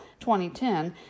2010